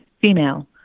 female